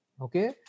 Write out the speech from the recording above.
Okay